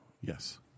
Yes